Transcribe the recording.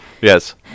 Yes